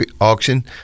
auction